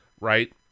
right